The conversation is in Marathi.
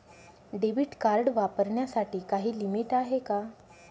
डेबिट कार्ड वापरण्यासाठी काही लिमिट आहे का?